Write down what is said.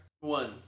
One